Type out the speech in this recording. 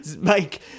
Mike